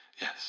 Yes